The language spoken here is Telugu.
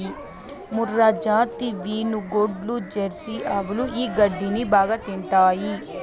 మూర్రాజాతి వినుగోడ్లు, జెర్సీ ఆవులు ఈ గడ్డిని బాగా తింటాయి